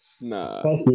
Nah